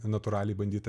natūraliai bandyta